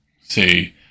say